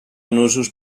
nusos